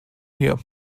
hier